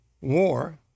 war